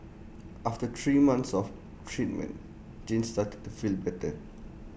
after three months of treatment Jane started to feel better